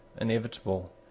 inevitable